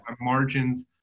margins